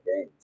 games